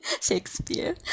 Shakespeare